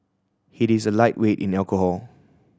he is a lightweight in alcohol